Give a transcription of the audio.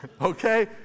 Okay